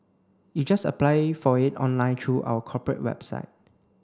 you just apply for it online through our corporate website